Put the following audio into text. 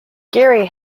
geary